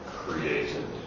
created